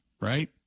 right